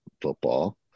football